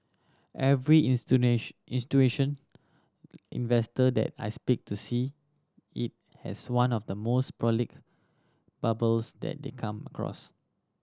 every investor that I speak to see it as one of the most bubbles that they come across